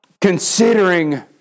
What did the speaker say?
considering